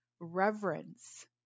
Reverence